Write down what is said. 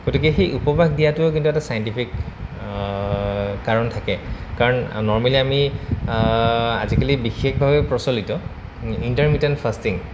গতিকে সেই উপবাস দিয়াটোও কিন্তু এটা চাইণ্টিফিক কাৰণ থাকে কাৰণ নৰ্মেলি আমি আজিকালি বিশেষভাৱে প্ৰচলিত ইণ্টাৰমিডিয়েট ফাষ্টিং